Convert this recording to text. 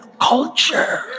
culture